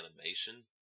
animation